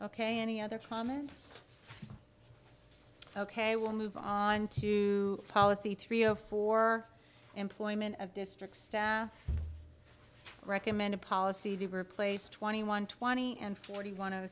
ok any other comments ok we'll move on to policy three zero four employment of district staff recommend a policy to replace twenty one twenty and forty one of